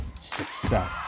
success